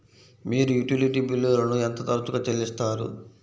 మీరు యుటిలిటీ బిల్లులను ఎంత తరచుగా చెల్లిస్తారు?